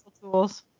tools